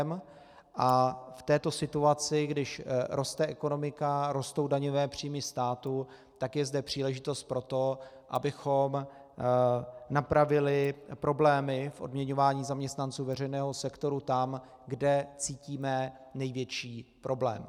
A v této situaci, když roste ekonomika, rostou daňové příjmy státu, tak je zde příležitost pro to, abychom napravili problémy v odměňování zaměstnanců veřejného sektoru tam, kde cítíme největší problém.